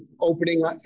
opening